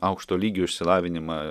aukšto lygio išsilavinimą